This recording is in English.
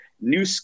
new